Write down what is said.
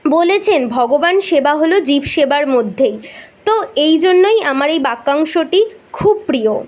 বলেছেন ভগবান সেবা হল জীব সেবার মধ্যেই তো এই জন্যই আমার এই বাক্যাংশটি খুব প্রিয়